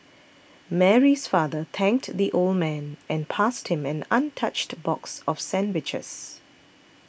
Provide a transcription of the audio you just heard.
Mary's father thanked the old man and passed him an untouched box of sandwiches